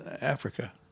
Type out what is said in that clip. Africa